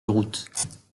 route